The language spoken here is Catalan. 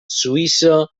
suïssa